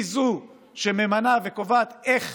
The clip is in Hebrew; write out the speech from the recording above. היא שממנה וקובעת איך